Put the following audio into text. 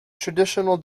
traditional